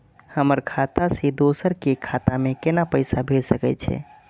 हमर खाता से दोसर के खाता में केना पैसा भेज सके छे?